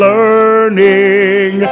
Learning